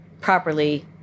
properly